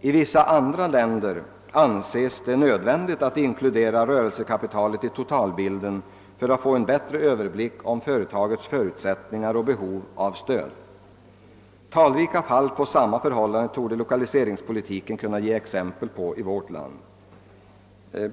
I vissa länder anses det nödvändigt att inkludera rörelsekapitalet i totalbilden för att få en bättre överblick över företagets förutsättningar och behov av stöd. Talrika fall där förhållandena är desamma torde finnas inom lokaliseringspolitiken.